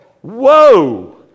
whoa